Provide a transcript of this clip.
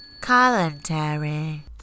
commentary